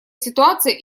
ситуация